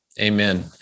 Amen